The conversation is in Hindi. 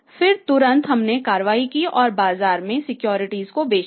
फिर तुरंत हमने कार्रवाई की और बाजार में सिक्योरिटीज़ को बेच दिया